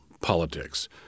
politics